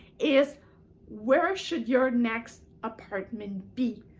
is where should your next apartment be.